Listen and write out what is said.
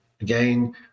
Again